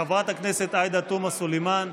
הצעה לסדר-היום מס' 63. חברת הכנסת עאידה תומא סלימאן,